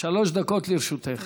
שלוש דקות לרשותך.